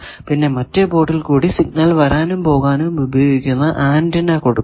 പിന്നെ മറ്റേ പോർട്ടിൽ കൂടി സിഗ്നൽ വരാനും പോകാനും ഉപയോഗിക്കുന്ന ആന്റിന കൊടുക്കുന്നു